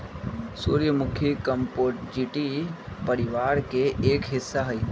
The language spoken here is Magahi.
सूर्यमुखी कंपोजीटी परिवार के एक हिस्सा हई